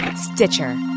Stitcher